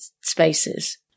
spaces